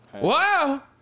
Wow